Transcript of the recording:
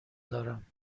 دارم